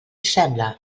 sembla